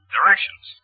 Directions